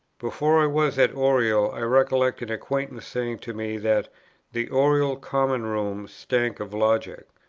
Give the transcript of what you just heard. before i was at oriel, i recollect an acquaintance saying to me that the oriel common room stank of logic.